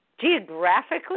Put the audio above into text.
geographically